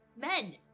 men